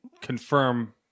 confirm